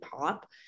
pop